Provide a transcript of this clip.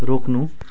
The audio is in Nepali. रोक्नु